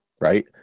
right